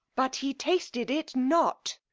but he tasted it not.